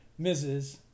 Mrs